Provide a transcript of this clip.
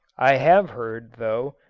i have heard, though,